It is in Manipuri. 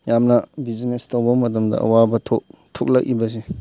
ꯌꯥꯝꯅ ꯕꯤꯖꯤꯅꯦꯁ ꯇꯧꯕ ꯃꯇꯝꯗ ꯑꯋꯥꯕ ꯊꯣꯂꯛꯏꯕꯁꯦ